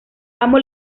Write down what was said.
amo